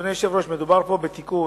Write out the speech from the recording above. אדוני היושב-ראש, מדובר פה בתיקון,